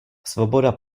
svoboda